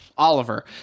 Oliver